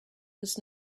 was